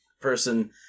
person